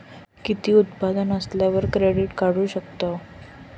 किती उत्पन्न असल्यावर क्रेडीट काढू शकतव?